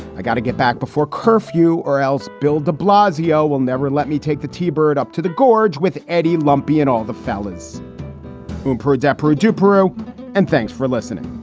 i gotta get back before curfew or else bill de blasio will never let me take the t bird up to the gorge with eddie lumpy and all the fellas who put adepero jubera. and thanks for listening